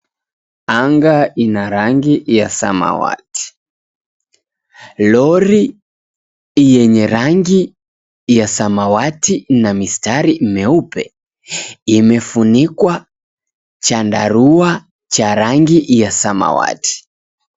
Anga ina rangi ya samawati. Lori lenye rangi ya samawati na mistari meupe imefunikwa chandarua cha rangi ya samawati.